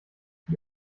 die